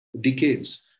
decades